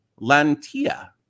Lantia